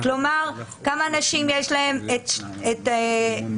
כלומר, לכמה אנשים יש הבוסטר,